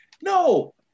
no